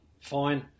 fine